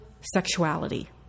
sexuality